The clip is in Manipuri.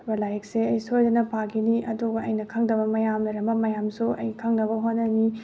ꯂꯥꯏꯔꯤꯛꯁꯦ ꯑꯩ ꯁꯣꯏꯗꯅ ꯄꯥꯈꯤꯅꯤ ꯑꯗꯨꯒ ꯑꯩꯅ ꯈꯪꯗꯕ ꯃꯌꯥꯝ ꯂꯩꯔꯝꯕ ꯃꯌꯥꯝꯁꯨ ꯑꯩ ꯈꯪꯅꯕ ꯍꯣꯠꯅꯅꯤ